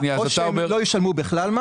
או שהם לא ישלמו מס בכלל,